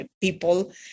people